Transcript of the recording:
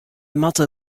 moatte